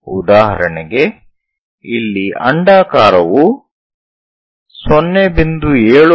ಉದಾಹರಣೆಗೆ ಇಲ್ಲಿ ಅಂಡಾಕಾರ ವು 0